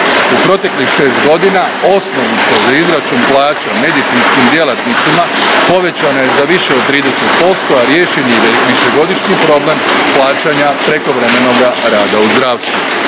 U proteklih šest godina, osnovica za izračun plaća medicinskim djelatnicima povećana je za više od 30%, a riješen je i višegodišnji problem plaćanja prekovremenog rada u zdravstvu.